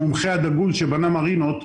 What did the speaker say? המומחה הדגול שבנה מרינות,